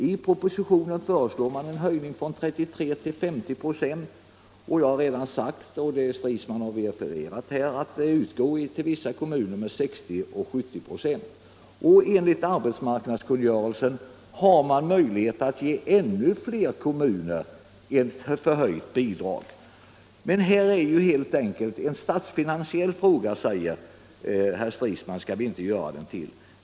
I propositionen föreslår man en höjning av bidraget från 33 96 till 50 926 och jag har sagt — vilket herr Stridsman refererat — att det redan för vissa kommuner utgår med 60-70 96. Enligt arbetsmarknadskungörelsen kan ännu fler kommuner få ett förhöjt bidrag. Herr Stridsman säger att vi inte skall göra detta till en statsfinansiell fråga.